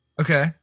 Okay